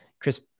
Chris